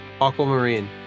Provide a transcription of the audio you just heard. Aquamarine